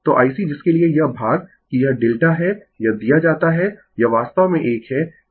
तो IC जिसके लिए यह भाग कि यह डेल्टा है यह दिया जाता है यह वास्तव में एक है पॉवर फैक्टर 095 होना चाहिए